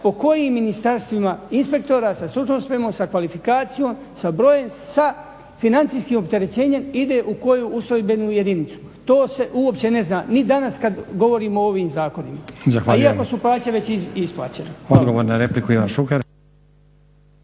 po kojim ministarstvima inspektora sa stručnom spremom, sa kvalifikacijom, sa brojem, sa financijskim opterećenjem ide u koju ustrojbenu jedinicu. To se uopće ne zna ni danas kad govorimo o ovim zakonima, a iako su plaće već isplaćene.